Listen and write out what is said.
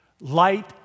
Light